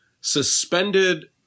suspended